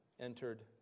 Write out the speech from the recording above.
entered